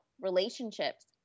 relationships